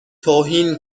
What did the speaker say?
توهین